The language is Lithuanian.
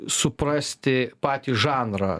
suprasti patį žanrą